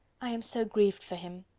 i am so grieved for him!